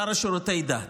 השר לשירותי דת.